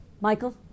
Michael